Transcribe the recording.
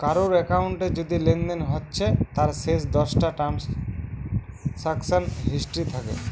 কারুর একাউন্টে যদি লেনদেন হচ্ছে তার শেষ দশটা ট্রানসাকশান হিস্ট্রি থাকে